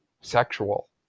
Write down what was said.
sexual